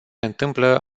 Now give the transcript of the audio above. întâmplă